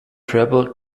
treble